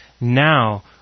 now